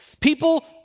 People